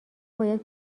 باید